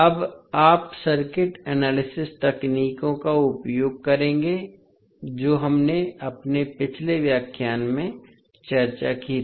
अब आप circuit analysis तकनीकों का उपयोग करेंगे जो हमने अपने पिछले व्याख्यान में चर्चा की थी